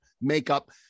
makeup